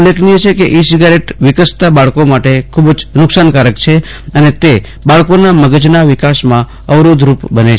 ઉલ્લેખનીય છે કે ઇ સિગારેટ વિકસતા બાળકો માટે ખૂબ જ નુકશાનકારક છે અને તે બાળકોના મગજના વિકાસમાં અવરોધરૂપ બને છે